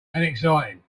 exciting